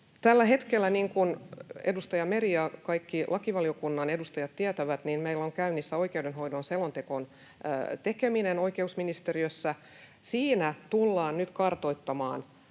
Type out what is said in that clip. Tällä hetkellä, niin kuin edustaja Meri ja kaikki lakivaliokunnan edustajat tietävät, meillä on käynnissä oikeudenhoidon selonteon tekeminen oikeusministeriössä. Siinä tullaan nyt kartoittamaan